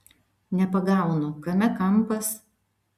nepagaunu kame kampas